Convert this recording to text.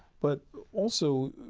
but also,